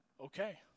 okay